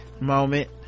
Moment